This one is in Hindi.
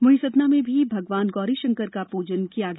वहीं सतना में भी सजधजकर भगवान गौरी शंकर का पूजन किया गया